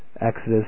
Exodus